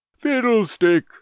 fiddlestick